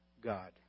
God